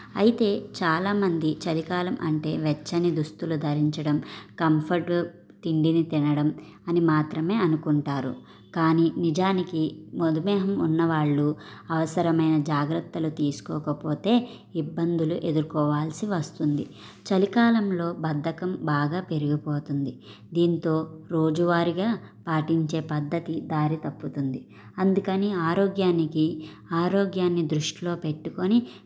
అయితే చాలామంది చలికాలం అంటే వెచ్చని దుస్తులు ధరించడం కంఫర్ట్ తిండిని తినడం అని మాత్రమే అనుకుంటారు కానీ నిజానికి మధుమేహం ఉన్నవాళ్ళు అవసరమైన జాగ్రత్తలు తీసుకోకపోతే ఇబ్బందులు ఎదుర్కోవాల్సి వస్తుంది చలికాలంలో బద్ధకం బాగా పెరిగిపోతుంది దీంతో రోజువారిగా పాటించే పద్ధతి దారి తప్పుతుంది అందుకని ఆరోగ్యానికి ఆరోగ్యాన్ని దృష్టిలో పెట్టుకొని